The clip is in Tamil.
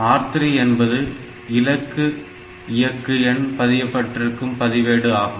R3 என்பது இலக்கு இயக்கு எண் பதியப்பட்டிருக்கும் பதிவேடு ஆகும்